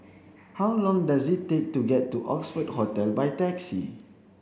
how long does it take to get to Oxford Hotel by taxi